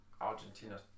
Argentina